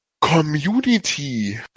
Community